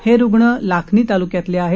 हे रुग्ण लाखनी तालुक्यातले आहेत